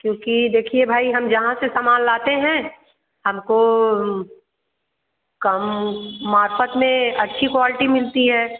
क्योंकि देखिए भाई हम जहाँ से समान लाते हैं हमको कम मार्फत में अच्छी क्वालिटी मिलती है